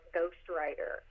Ghostwriter